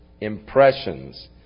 impressions